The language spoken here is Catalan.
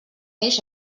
eix